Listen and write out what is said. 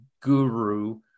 guru